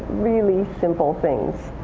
really simple things.